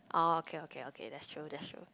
oh okay okay okay that's true that's true